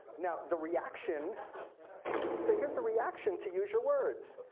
now the reaction so here's the reaction to use your words.